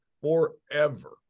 forever